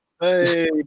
Hey